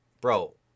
bro